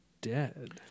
dead